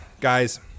guys